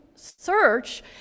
search